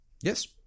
Yes